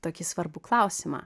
tokį svarbų klausimą